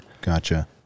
Gotcha